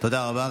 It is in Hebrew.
תודה רבה.